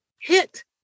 hit